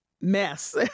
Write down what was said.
mess